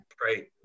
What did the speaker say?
Great